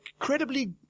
incredibly